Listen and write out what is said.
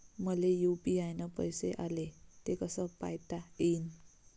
मले यू.पी.आय न पैसे आले, ते कसे पायता येईन?